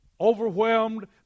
Overwhelmed